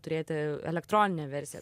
turėti elektroninę versiją